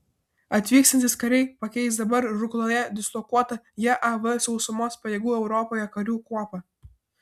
atvykstantys kariai pakeis dabar rukloje dislokuotą jav sausumos pajėgų europoje karių kuopą